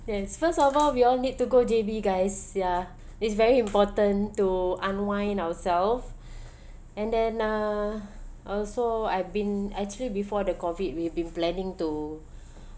yes first of all we all need to go J_B guys ya it's very important to unwind ourselves and then uh also I've been actually before the COVID we've been planning to